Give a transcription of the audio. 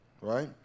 right